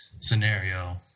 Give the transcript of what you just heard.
scenario